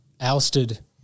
ousted